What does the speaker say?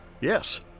Yes